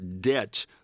debt